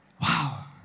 Wow